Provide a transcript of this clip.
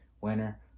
winner